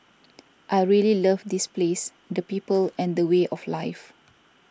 I really love this place the people and the way of life